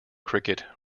cricket